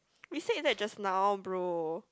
we said that just now Bro